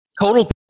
Total